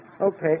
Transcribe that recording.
Okay